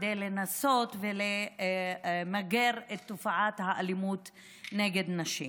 כדי לנסות למגר את תופעת האלימות נגד נשים.